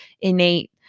innate